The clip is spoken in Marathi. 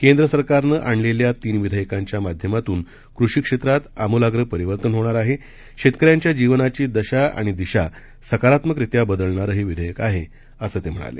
केंद्र सरकारनं आणलेल्या तीन विधेयकांच्या माध्यमातून कृषी क्षेत्रामध्ये आमूलाग्र परिवर्तन होणार आहे शेतकऱ्यांच्या जीवनाची दशा आणि दिशा सकारात्मकरित्या बदलणारं हे विधेयक आहे असं ते म्हणाले